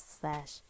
slash